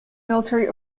military